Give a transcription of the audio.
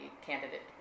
candidate